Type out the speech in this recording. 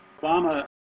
Obama